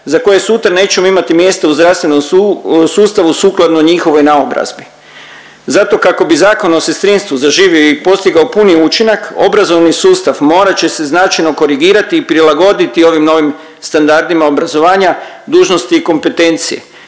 Zato kako bi Zakon o sestrinstvu sukladno njihovoj naobrazbi. Zato kako bi Zakon o sestrinstvu zaživio i postigao puni učinak, obrazovni sustav morat će se značajno korigirati i prilagoditi ovim novim standardima obrazovanja, dužnosti i kompetencije,